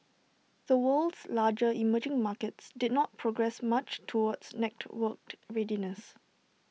the world's larger emerging markets did not progress much towards networked readiness